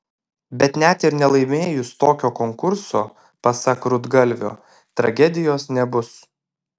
bet net ir nelaimėjus tokio konkurso pasak rudgalvio tragedijos nebus